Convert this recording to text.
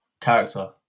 character